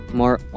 more